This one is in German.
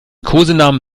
kosenamen